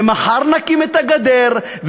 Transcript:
ומחר נקים את הגדר,